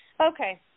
Okay